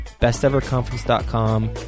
Besteverconference.com